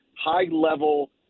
high-level